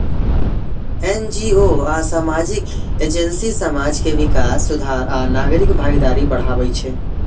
NGO आ सामाजिक agency समाज के विकास, सुधार आ नागरिक भागीदारी बढ़ाबै छै